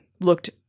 looked